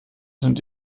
sind